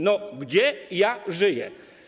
No gdzie ja żyję?